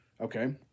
Okay